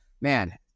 Man